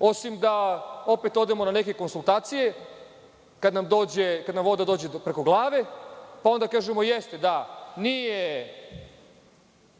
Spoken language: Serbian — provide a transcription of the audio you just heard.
osim da opet odemo na neke konsultacije kada nam voda dođe preko glave, pa onda kažemo – jeste, nije